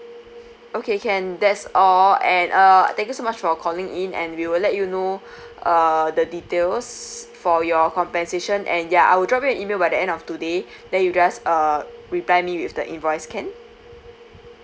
okay can that's all and uh thank you so much for calling in and we'll let you know uh the details for your compensation and yeah I'll drop you an email by the end of today then you just uh reply me with the invoice can